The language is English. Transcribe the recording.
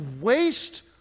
waste